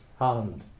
hand